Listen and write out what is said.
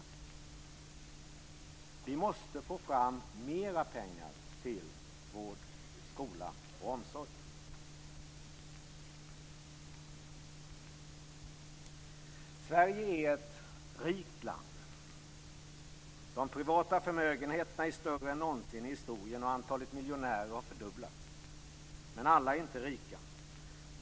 Det måste fram mera pengar till vård, skola och omsorg. Sverige är ett rikt land. De privata förmögenheterna är större än någonsin i historien och antalet miljonärer har fördubblats. Men alla är inte rika.